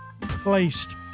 placed